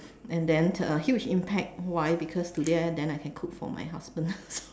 and then uh huge impact why because today I can cook for my husband